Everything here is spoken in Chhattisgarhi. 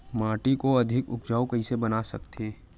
माटी को अधिक उपजाऊ कइसे बना सकत हे?